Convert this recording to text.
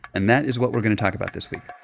and that is what we're going to talk about this week